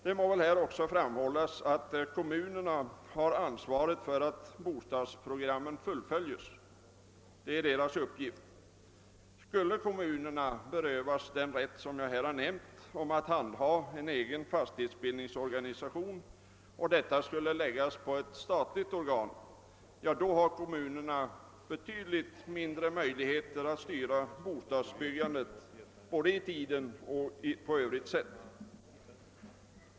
Det bör också framhållas att kommunerna har ansvaret för att bostadsprogrammen fullföljs. Skulle kommunerna berövas den rätt som här nämnts, nämligen att inrätta ett eget fastighetsbildningsorgan, och dessa uppgifter i stället skulle läggas på ett statligt organ har kommunerna betydligt mindre möjligheter att styra bostadsbyggandet både beträffande tiden och på annat sätt.